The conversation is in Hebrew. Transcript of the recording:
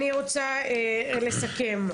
אני רוצה לסכם.